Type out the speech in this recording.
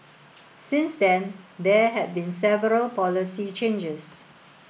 since then there had been several policy changes